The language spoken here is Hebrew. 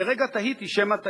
לרגע תהיתי שמא טעינו.